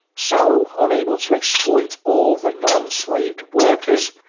so, unable to exploit all the non-slaved workers,